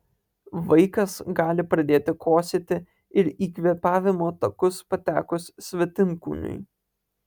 vaikas gali pradėti kosėti ir į kvėpavimo takus patekus svetimkūniui